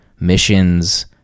missions